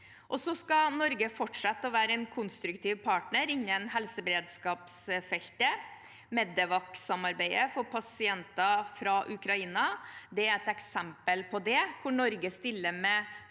Norge fortsette å være en konstruktiv partner innen helseberedskapsfeltet. Medevac-samarbeidet for pasienter fra Ukraina er et eksempel på dette, hvor Norge stiller med